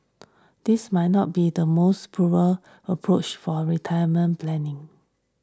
this might not be the most prudent approach for retirement planning